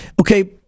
okay